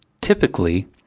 Typically